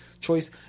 choice